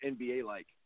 NBA-like